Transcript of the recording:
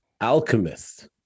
Alchemist